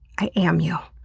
i am you.